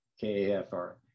K-A-F-R